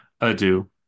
adieu